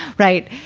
right.